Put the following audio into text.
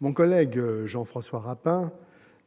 Mon collègue Jean-François Rapin